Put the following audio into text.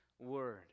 word